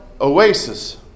oasis